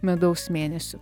medaus mėnesiu